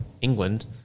England